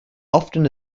often